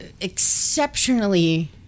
exceptionally